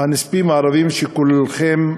הנספים הערבים שכולכם,